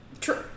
True